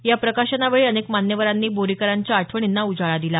या प्रकाशनावेळी अनेक मान्यवरांनी बोरीकरांच्या आठवणींना उजाळा दिला